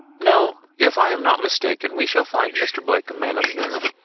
no if i am not mistaken we shall find mr. blake a man of nerve.